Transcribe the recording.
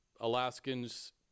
Alaskans